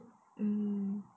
mm